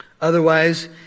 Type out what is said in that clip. Otherwise